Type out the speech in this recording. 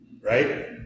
Right